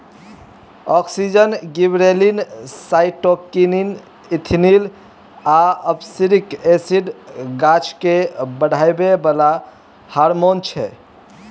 auxin, gibberellin, cytokinin, ethylene आ abscisic acid गाछकेँ बढ़ाबै बला हारमोन छै